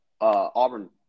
Auburn